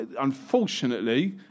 Unfortunately